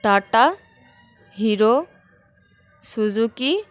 Tata hero Suzuki